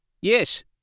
yes